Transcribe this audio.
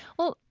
well,